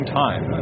time